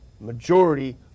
majority